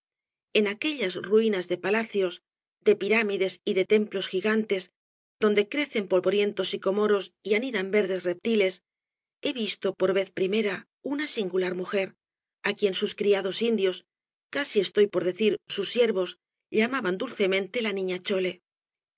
en aquellas ruinas de palacios de pirámides y de templos gigantes donde crecen polvorientos sicómoros y anidan verdes reptiles he visto por vez primera una singular mujer á quien sus criados indios casi estoy por decir sus siervos llamaban dulcemente la niña chole